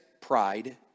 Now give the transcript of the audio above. pride